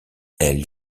elle